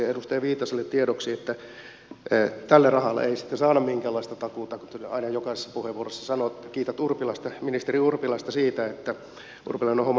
edustaja viitaselle tiedoksi että tälle rahalle ei sitten saada minkäänlaista takuuta kun aina jokaisessa puheenvuorossa kiität ministeri urpilaista siitä että urpilainen on hommannut vakuudet